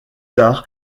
tard